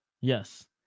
Yes